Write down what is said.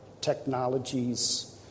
technologies